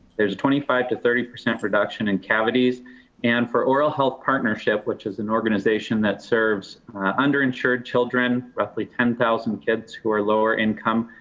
there's a twenty five to thirty percent reduction in cavities and for oral health partnership, which is an organization that serves under-insured children, roughly ten thousand kids who are lower income.